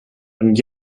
und